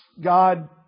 God